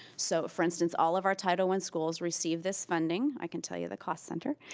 so for instance, all of our title one schools receive this funding, i can tell you the cost center,